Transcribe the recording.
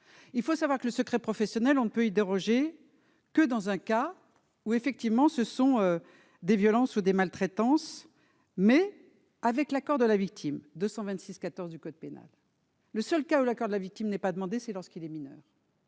il faut savoir que le secret professionnel, on peut y déroger que dans un cas où effectivement ce sont des violences ou des maltraitances mais avec l'accord de la victime 226 14 du code pénal, le seul cas où le corps de la victime n'ait pas demandé, c'est lorsqu'il est mineur,